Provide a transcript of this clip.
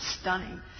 stunning